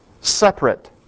separate